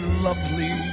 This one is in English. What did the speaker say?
lovely